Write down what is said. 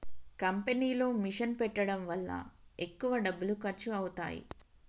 కంపెనీలో మిషన్ పెట్టడం వల్ల ఎక్కువ డబ్బులు ఖర్చు అవుతాయి